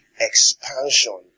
expansion